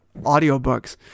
audiobooks